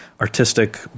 artistic